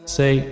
say